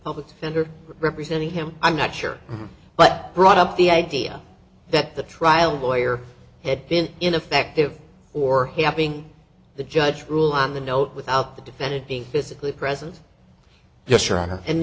public defender representing him i'm not sure but brought up the idea that the trial lawyer had been ineffective or helping the judge rule on the note without the defendant being physically present yes your honor and